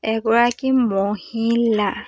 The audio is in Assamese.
এগৰাকী মহিলা